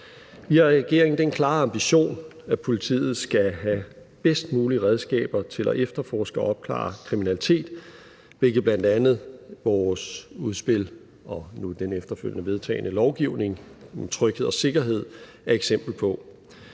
Vi har i regeringen den klare ambition, at politiet skal have bedst mulige redskaber til at efterforske og opklare kriminalitet, hvilket bl.a. vores udspil og nu den efterfølgende vedtagne lovgivning om tryghed og sikkerhed er eksempel på.